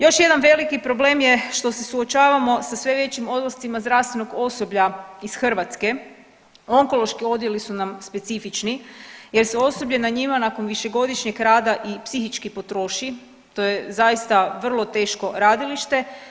Još jedan veliki problem je što se suočavamo sa sve većim odlascima zdravstvenog osoblja ih Hrvatske, onkološki odjeli su nam specifični jer se osoblje na njima nakon višegodišnjeg rada i psihički potroši, to je zaista vrlo teško radilište.